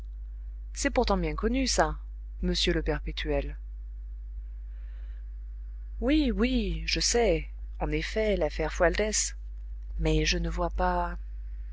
c'est pourtant bien connu ça monsieur le perpétuel oui oui je sais en effet l'affaire fualdès mais je ne vois pas